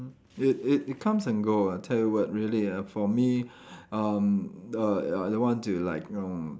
it it it comes and go ah tell you what really ah for me um I I don't want to like know